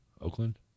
Oakland